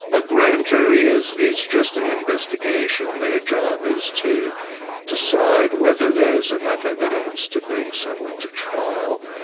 a grand jury is. is just an investigation. their job is to decide whether there's enough evidence to bring someone to trial.